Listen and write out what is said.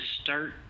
start